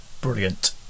Brilliant